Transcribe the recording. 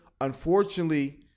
unfortunately